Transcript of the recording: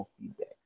feedback